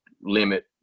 limit